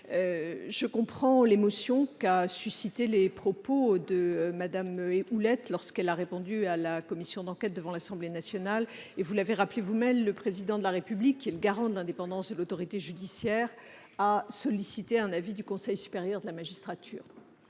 je comprends l'émotion qu'ont suscitée les propos de Mme Éliane Houlette, lors de son audition devant la commission d'enquête de l'Assemblée nationale. Comme vous l'avez rappelé, le Président de la République, qui est le garant de l'indépendance de l'autorité judiciaire, a sollicité un avis du Conseil supérieur de la magistrature.